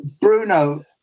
Bruno